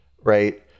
Right